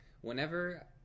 whenever